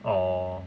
orh